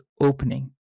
opening